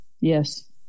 Yes